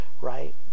right